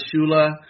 Shula